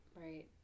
Right